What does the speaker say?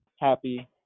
happy